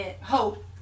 Hope